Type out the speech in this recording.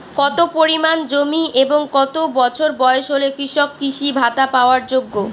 কত পরিমাণ জমি এবং কত বছর বয়স হলে কৃষক কৃষি ভাতা পাওয়ার যোগ্য?